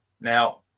Now